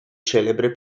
celebre